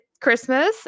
Christmas